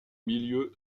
milieu